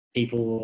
People